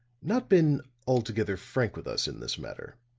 not been altogether frank with us in this matter.